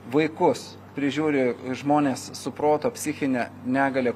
vaikus prižiūri žmones su proto psichine negalia